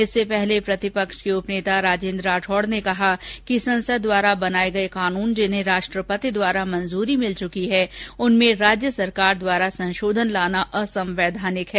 इससे पहले प्रतिपक्ष के उपर्नता राजेन्द्र राठौड़ ने कहा कि संसद द्वारा बनाये गये कानून जिन्हें राष्ट्रपति द्वारा मंजूरी मिल चुकी है उनमें राज्य सरकार द्वारा संशोधन लाना असंवैधानिक है